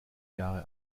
jahre